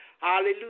Hallelujah